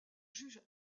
juges